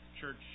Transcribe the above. church